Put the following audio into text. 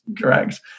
correct